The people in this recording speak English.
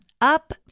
Up